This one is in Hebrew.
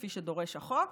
כפי שדורש החוק.